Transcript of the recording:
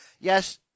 Yes